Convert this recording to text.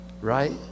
right